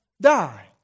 die